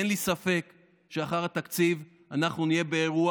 אין לי ספק שלאחר התקציב אנחנו נהיה באירוע